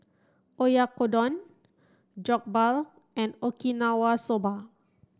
Oyakodon Jokbal and Okinawa Soba